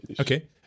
Okay